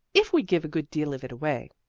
if we give a good deal of it away.